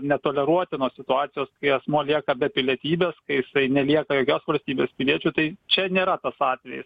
netoleruotinos situacijos kai asmuo lieka be pilietybės kai jisai nelieka jokios valstybės piliečiu tai čia nėra toas atvejis